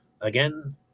Again